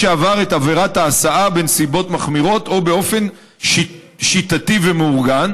שעבר את עבירת ההסעה בנסיבות מחמירות או באופן שיטתי ומאורגן,